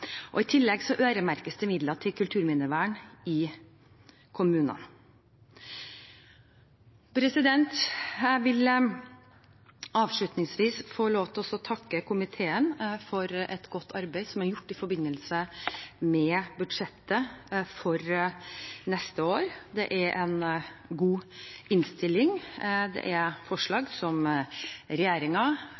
Kulturminnefondet. I tillegg øremerkes det midler til kulturminnevern i kommunene. Jeg vil avslutningsvis få lov til å takke komiteen for det gode arbeidet som er gjort i forbindelse med budsjettet for neste år. Det er en god innstilling, det er forslag som